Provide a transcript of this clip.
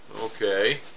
Okay